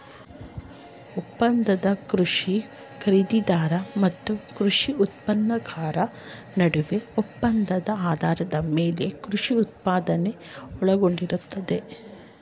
ಒಪ್ಪಂದದ ಕೃಷಿ ಖರೀದಿದಾರ ಮತ್ತು ಕೃಷಿ ಉತ್ಪಾದಕರ ನಡುವಿನ ಒಪ್ಪಂದ ಆಧಾರದ ಮೇಲೆ ಕೃಷಿ ಉತ್ಪಾದನೆ ಒಳಗೊಂಡಿರ್ತದೆ